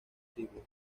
siglos